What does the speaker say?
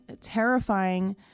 terrifying